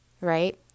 right